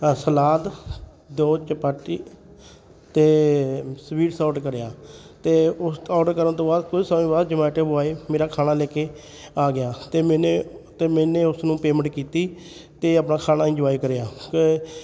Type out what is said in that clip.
salad ਦੋ ਚਪਾਤੀ ਅਤੇ ਸਵੀਟਸ ਔਡਰ ਕਰਿਆ ਅਤੇ ਉਸ ਔਡਰ ਕਰਨ ਤੋਂ ਬਾਅਦ ਕੁਝ ਸਮੇਂ ਬਾਅਦ ਜਮੈਂਟੋ ਬੁਆਏ ਮੇਰਾ ਖਾਣਾ ਲੈ ਕੇ ਆ ਗਿਆ ਅਤੇ ਮੈਨੇ ਅਤੇ ਮੈਨੇ ਉਸ ਨੂੰ ਪੇਮੈਂਟ ਕੀਤੀ ਅਤੇ ਆਪਣਾ ਖਾਣਾ ਇੰਜੋਏ ਕਰਿਆ ਕ